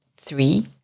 Three